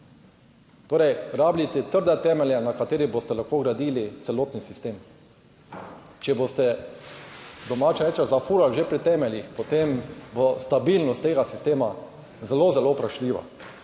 Torej rabite trde temelje, na katerih boste lahko gradili celotni sistem. Če boste, domače rečem, zafurali že pri temeljih, potem bo stabilnost tega sistema zelo zelo vprašljiva.